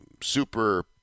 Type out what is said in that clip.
super